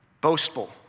boastful